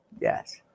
Yes